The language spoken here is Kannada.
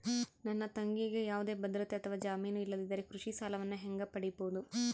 ನನ್ನ ತಂಗಿಗೆ ಯಾವುದೇ ಭದ್ರತೆ ಅಥವಾ ಜಾಮೇನು ಇಲ್ಲದಿದ್ದರೆ ಕೃಷಿ ಸಾಲವನ್ನು ಹೆಂಗ ಪಡಿಬಹುದು?